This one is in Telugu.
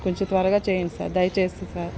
కొంచెం త్వరగా చేయండి సార్ దయచేసి సార్